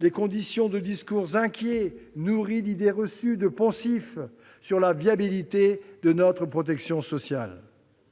les conditions de discours inquiets, nourris d'idées reçues et de poncifs sur la viabilité de notre protection sociale.